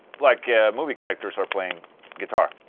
like movie characters are playing guitar?